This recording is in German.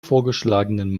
vorgeschlagenen